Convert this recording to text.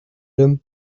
him